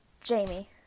Jamie